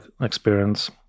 experience